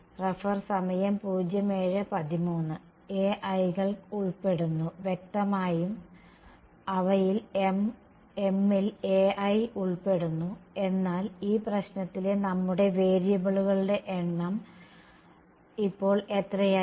ai's കൾ ഉൾപ്പെടുന്നു വ്യക്തമായും അവയിൽ m ൽ ai ഉൾപ്പെടുന്നു എന്നാൽ ഈ പ്രശ്നത്തിലെ നമ്മുടെ വേരിയബിളുകളുടെ എണ്ണം ഇപ്പോൾ എത്രയായി